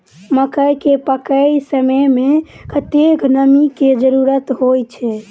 मकई केँ पकै समय मे कतेक नमी केँ जरूरत होइ छै?